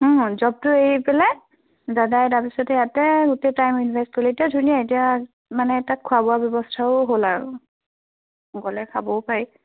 অঁ জবটো এৰি পেলাই দাদাই তাৰপিছতে ইয়াতে গোটেই টাইম ইনভেষ্ট কৰিলে এতিয়া ধুনীয়া এতিয়া মানে তাত খোৱা বোৱা ব্যৱস্থাও হ'ল আৰু গ'লে খাবও পাৰি